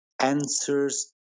answers